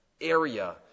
area